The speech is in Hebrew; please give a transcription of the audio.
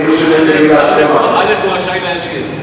הוא רשאי להשיב,